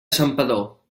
santpedor